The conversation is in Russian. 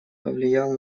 повлиял